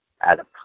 Adam